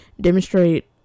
demonstrate